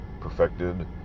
perfected